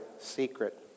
secret